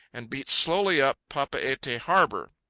and beat slowly up papeete harbour.